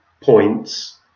points